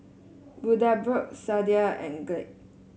Bundaberg Sadia and Glade